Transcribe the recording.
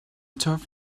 turf